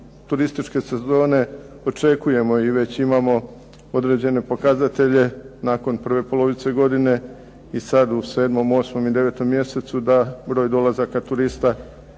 turističke sezone očekujemo i već imamo određene pokazatelje nakon prve polovice godine i sad u 7., 8. i 9. mjesecu da broj dolazaka turista će